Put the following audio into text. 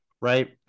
right